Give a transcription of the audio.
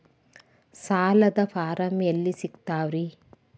ಸಾಲದ ಫಾರಂ ಎಲ್ಲಿ ಸಿಕ್ತಾವ್ರಿ?